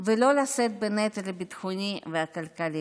ולא לשאת בנטל הביטחוני והכלכלי.